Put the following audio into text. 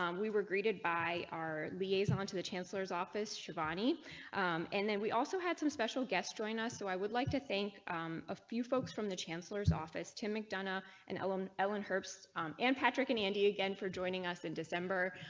um we were greeted by our liaison to the chancellor's office shravani and then we also had some special guests join us. so i would like to thank a few folks from the chancellor's office in mcdonough and ellen ellen herbs and patrick and andy again for joining us in december.